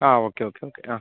ആ okay okay okay ആ